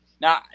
Now